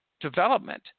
development